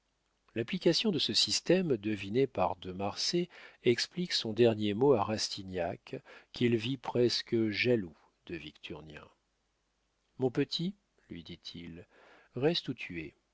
l'application de ce système deviné par de marsay explique son dernier mot à rastignac qu'il vit presque jaloux de victurnien mon petit lui dit-il reste où tu